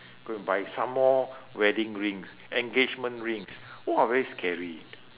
go and buy some more wedding rings engagement rings !wah! very scary